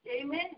Amen